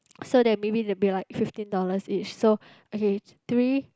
so that maybe there'll be like fifteen dollars each so okay th~ three